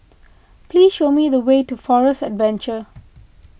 please show me the way to Forest Adventure